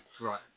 Right